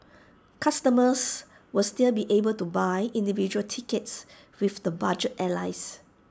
customers will still be able to buy individual tickets with the budget airlines